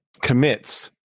commits